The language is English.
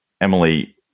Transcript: Emily